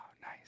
nice